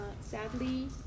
Sadly